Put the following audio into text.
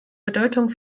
bedeutung